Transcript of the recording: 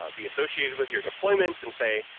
um be associated with your deployments and say,